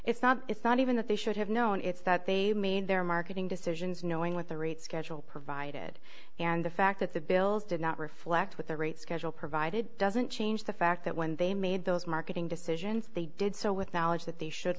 it's not it's not even that they should have known it's that they made their marketing decisions knowing what the rate schedule provided and the fact that the bills did not reflect what the rate schedule provided doesn't change the fact that when they made those marketing decisions they did so with knowledge that they should